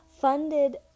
funded